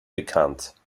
bekannt